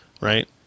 Right